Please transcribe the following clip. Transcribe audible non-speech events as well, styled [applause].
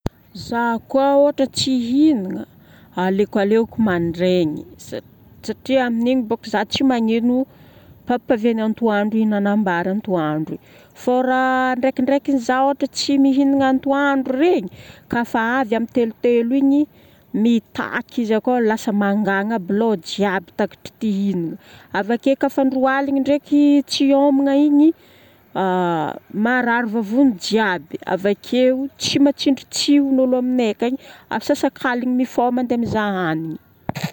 Zaho koa ohatra tsy hihignana, aleoko aleoko mandraigny satria amin'igny boko zaho tsy magnino parapiavin'ny atoandro hihinanam-bary antoandro. Fô raha ndraikindraikiny za ohatra tsy mihignana antoandro regny, kafa avy amin'ny telotelo igny, mitaky izy akao lasa mangagna aby loha jiaby. Avake kafa andro aligny ndraiky tsy homagna igny [hesitation] marary vavony jiaby, avakeo tsy mahatsindry tsihy hoy ny olo aminay akagny, amin'ny sasakaligny mandeha mifoha mizaha hanigny.